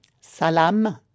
Salam